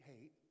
hate